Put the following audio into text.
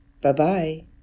Bye-bye